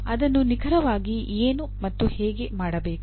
ಅದನ್ನು ನಿಖರವಾಗಿ ಏನು ಮತ್ತು ಹೇಗೆ ಮಾಡಬೇಕು